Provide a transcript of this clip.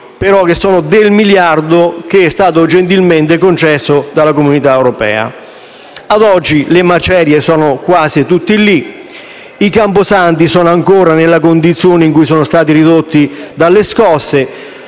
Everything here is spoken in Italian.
parte del miliardo gentilmente concesso dalla Comunità europea. Ad oggi le macerie sono quasi tutte lì, i camposanti sono ancora nella condizione in cui sono stati ridotti dalle scosse,